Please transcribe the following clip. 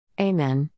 Amen